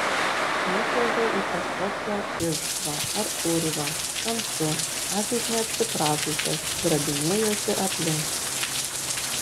nušliuožiau į kažkokią irštvą ar urvą tamsu akys neapsipratusios grabinėjuosi aplink